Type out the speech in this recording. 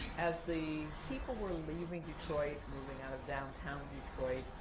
as the people were leaving detroit, moving out of downtown detroit,